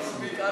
מספיק,